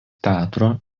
teatro